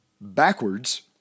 backwards